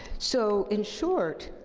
so in short,